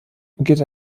gilt